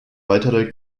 weitere